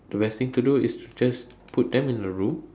the best thing to do is just put them in a room